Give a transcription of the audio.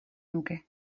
nuke